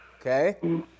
Okay